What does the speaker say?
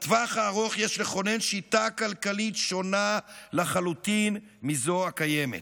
בטווח הארוך יש לכונן שיטה כלכלית שונה לחלוטין מזו הקיימת,